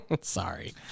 Sorry